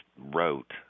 wrote